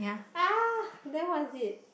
ah then what is it